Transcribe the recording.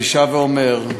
אני שב ואומר: